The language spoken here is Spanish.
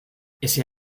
ese